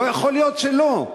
לא יכול להיות שלא.